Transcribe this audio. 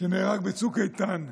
שנהרג בצוק איתן,